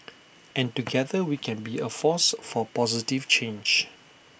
and together we can be A force for positive change